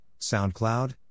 SoundCloud